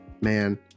man